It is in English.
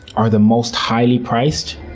are the most highly priced,